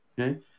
Okay